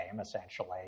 essentially